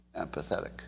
empathetic